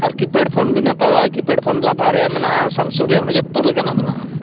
ᱟᱨ keypad phone ᱵᱤᱱ ᱦᱟᱛᱟᱣᱟ keypad phone ᱞᱟᱵᱷᱟ ᱨᱮᱭᱟᱜ ᱢᱮᱱᱟᱜᱼᱟ ᱥᱟᱢᱥᱩᱝ ᱨᱮᱭᱟᱜ ᱢᱮᱱᱟᱜᱼᱟ ᱡᱚᱛᱚ ᱞᱮᱠᱟᱱᱟᱜ ᱢᱮᱱᱟᱜᱼᱟ